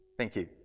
thank you.